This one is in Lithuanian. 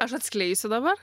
aš atskleisiu dabar